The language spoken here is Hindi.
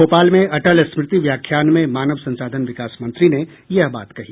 भोपाल में अटल स्मृति व्याख्यान में मानव संसाधन विकास मंत्री ने यह बात कही